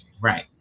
Right